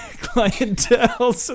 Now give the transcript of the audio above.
clientele